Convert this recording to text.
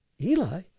Eli